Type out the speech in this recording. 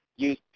use